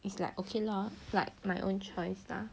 it's like okay lor like my own choice lah